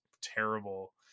terrible